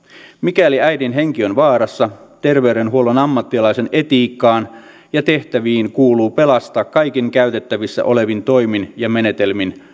mikäli äidin henki on vaarassa terveydenhuollon ammattilaisen etiikkaan ja tehtäviin kuuluu pelastaa kaikin käytettävissä olevin toimin ja menetelmin